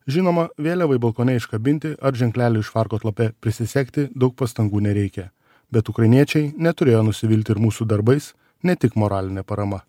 žinoma vėliavai balkone iškabinti ar ženklelį švarko atlape prisisegti daug pastangų nereikia bet ukrainiečiai neturėjo nusivilti ir mūsų darbais ne tik moraline parama